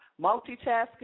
multitasking